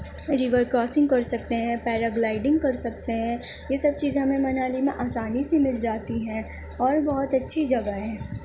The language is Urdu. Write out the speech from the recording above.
ریور کراسنگ کر سکتے ہیں پیرا گلائیڈنگ کر سکتے ہیں یہ سب چیزیں ہمیں منالی میں آسانی سے مل جاتی ہیں اور بہت اچھی جگہ ہے